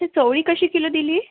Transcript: ती चवळी कशी किलो दिली